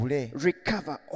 Recover